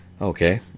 Okay